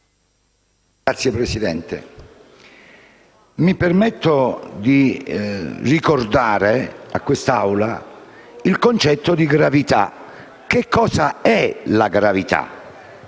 Signor Presidente, mi permetto di ricordare a quest'Assemblea il concetto di gravità. Cos'è la gravità?